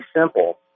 simple